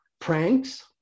pranks